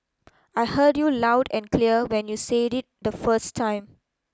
I heard you loud and clear when you said it the first time